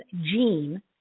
gene